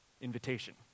invitation